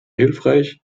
hilfreich